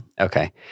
Okay